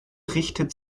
richtet